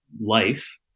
life